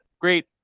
great